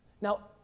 Now